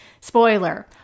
Spoiler